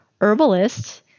herbalist